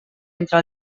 entre